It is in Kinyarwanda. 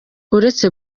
uretse